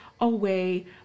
away